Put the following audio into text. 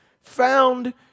found